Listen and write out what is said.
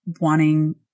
wanting